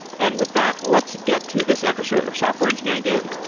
and with that, let's get to this episode of software engineering daily.